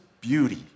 beauty